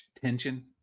tension